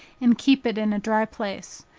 and keep it in a dry place.